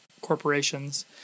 corporations